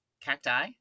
cacti